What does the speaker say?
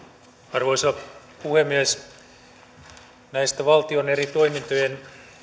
arvoisa puhemies näistä valtion eri toimintojen